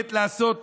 דואגת לעשות